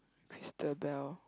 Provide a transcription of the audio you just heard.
crystal bell